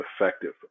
effective